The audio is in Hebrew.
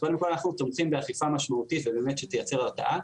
קודם כל אנחנו תומכים באכיפה משמעותית שתייצר הרתעה.